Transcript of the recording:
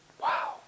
Wow